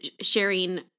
Sharing